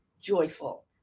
joyful